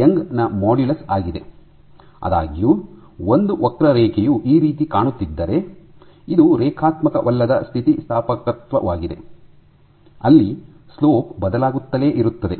Young ನ modulus ಆಗಿದೆ ಆದಾಗ್ಯೂ ಒಂದು ವಕ್ರರೇಖೆಯು ಈ ರೀತಿ ಕಾಣುತ್ತಿದ್ದರೆ ಇದು ರೇಖಾತ್ಮಕವಲ್ಲದ ಸ್ಥಿತಿಸ್ಥಾಪಕತ್ವವಾಗಿದೆ ಅಲ್ಲಿ ಸ್ಲೋಪ್ ಬದಲಾಗುತ್ತಲೇ ಇರುತ್ತದೆ